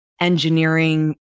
engineering